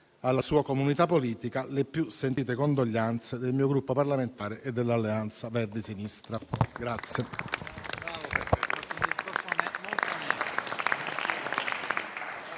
alla sua comunità politica le più sentite condoglianze del mio Gruppo parlamentare e dell'Alleanza Verdi e Sinistra.